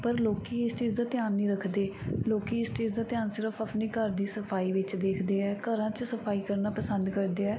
ਪਰ ਲੋਕ ਇਸ ਚੀਜ਼ ਦਾ ਧਿਆਨ ਨਹੀਂ ਰੱਖਦੇ ਲੋਕ ਇਸ ਚੀਜ਼ ਦਾ ਧਿਆਨ ਸਿਰਫ ਆਪਣੀ ਘਰ ਦੀ ਸਫਾਈ ਵਿੱਚ ਦੇਖਦੇ ਹੈ ਘਰਾਂ 'ਚ ਸਫਾਈ ਕਰਨਾ ਪਸੰਦ ਕਰਦੇ ਹੈ